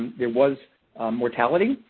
there was mortality.